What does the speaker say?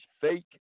fake